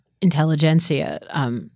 intelligentsia –